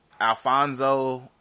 Alfonso